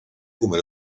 come